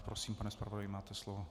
Prosím, pane zpravodaji, máte slovo.